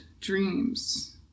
dreams